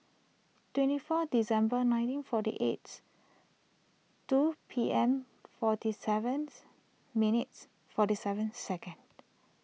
twenty four December nineteen forty eight two P M forty seven minutes forty seven second